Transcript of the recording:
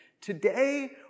Today